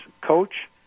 coach